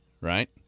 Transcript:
right